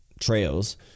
trails